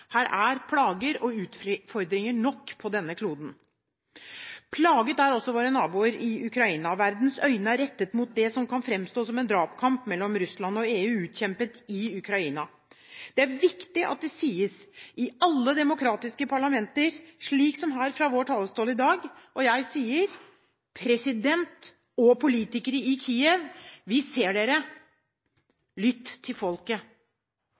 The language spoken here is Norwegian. Her er plager og utfordringer nok på denne kloden. Plaget er også våre naboer i Ukraina. Verdens øyne er rettet mot det som kan framstå som en dragkamp mellom Russland og EU, utkjempet i Ukraina. Det er viktig at det sies i alle demokratiske parlamenter, slik som her fra vår talerstol i dag: President og politikere i Kiev: Vi ser dere. Lytt til folket.